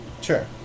Sure